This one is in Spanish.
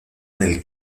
del